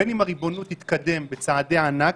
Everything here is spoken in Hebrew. בין אם הריבונות תתקדם בצעדי ענק